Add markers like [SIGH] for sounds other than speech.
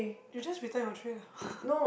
you just return your tray lah [LAUGHS]